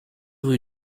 rue